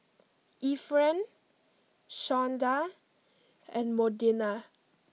Efren Shawnda and Modena